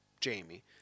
Jamie